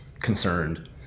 concerned